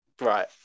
Right